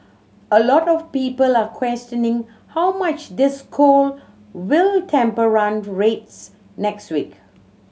a lot of people are questioning how much this cold will temper run rates next week